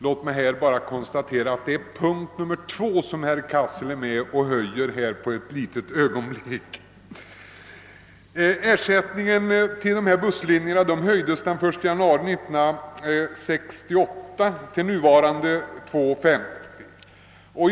Låt mig bara konstatera att detta är den andra punkt där herr Cassel på en kort stund varit med om att föreslå en höjning av anslag. Ersättningen till icke lönsam busstrafik höjdes den 1 januari 1968 till nuvarande 2:50 per vagnsmil.